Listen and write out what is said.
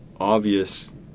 obvious